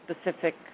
specific